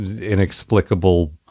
inexplicable